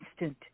instant